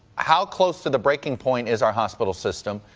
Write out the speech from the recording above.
how close to the breaking point is our hospital system,